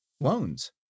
loans